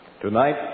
Tonight